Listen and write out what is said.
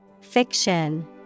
Fiction